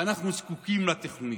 ואנחנו זקוקים לתוכנית.